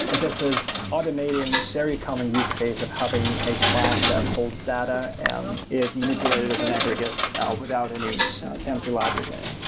and this is automating very common use case of having a class that holds data and is manipulated as an aggregate without any fancy logic in it.